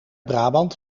brabant